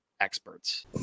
experts